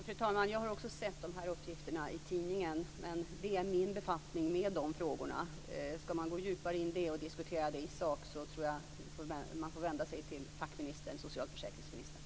Fru talman! Jag har också sett de här uppgifterna i tidningen, men det är min befattning med de frågorna. Skall man gå djupare in i det och diskutera det i sak så tror jag att man får vända sig till fackministern, dvs. socialförsäkringsministern.